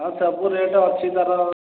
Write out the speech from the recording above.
ହଁ ସବୁ ରେଟ୍ ଅଛି ତା'ର